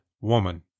woman